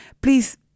please